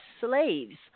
slaves